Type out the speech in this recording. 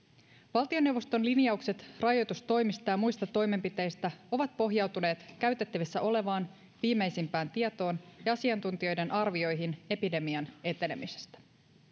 valtioneuvoston linjaukset rajoitustoimista ja muista toimenpiteistä ovat pohjautuneet käytettävissä olevaan viimeisimpään tietoon ja asiantuntijoiden arvioihin epidemian etenemisestä